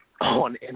on